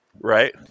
Right